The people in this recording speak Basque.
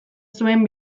zuen